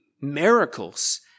miracles